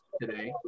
today